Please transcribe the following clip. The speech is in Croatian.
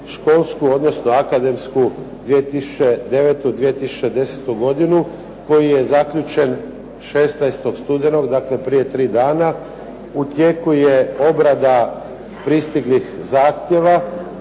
školsku, odnosno akademsku 2009., 2010. godinu koji je zaključen 16. studenog, dakle prije tri dana. U tijeku je obrada pristiglih zahtjeva.